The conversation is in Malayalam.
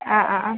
ആ ആ ആ